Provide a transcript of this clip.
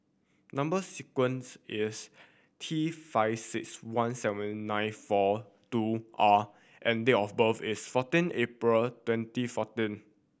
number sequence is T five six one seven nine four two R and date of birth is fourteen April twenty fourteen